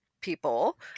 people